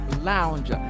Lounge